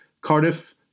Cardiff